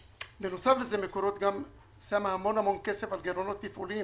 בנוסף לזה מקורות שמה המון כסף על גירעונות תפעוליים